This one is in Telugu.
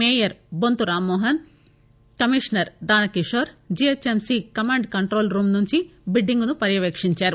mayor Bonthu Rammohan commissioner Danakishore GHMC command control room నుంచి బిడ్డింగ్ ను పర్యపేకించారు